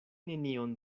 nenion